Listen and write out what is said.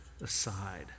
aside